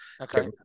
Okay